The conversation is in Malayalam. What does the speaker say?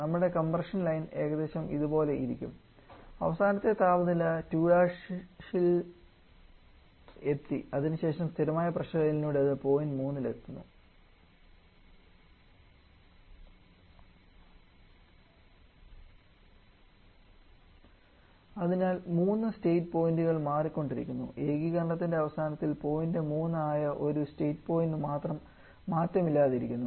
നമ്മുടെ കംപ്രഷൻ ലൈൻ ഏകദേശം ഇതുപോലെ ഇരിക്കും അവസാനത്തെ താപനില 2' ൽ എത്തി അതിനുശേഷം സ്ഥിരമായ പ്രഷർ ലൈനിലൂടെ പോയിൻറ് 3 എത്തുന്നു അതിനാൽ മൂന്ന് സ്റ്റേറ്റ് പോയിന്റുകൾ മാറിക്കൊണ്ടിരിക്കുന്നു ഏകീകരണത്തിന്റെ അവസാനത്തിൽ പോയിന്റ് 3 ആയ ഒരു സ്റ്റേറ്റ് പോയിന്റ് മാത്രം മാറ്റമില്ലാതെ ഇരിക്കുന്നു